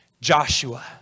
Joshua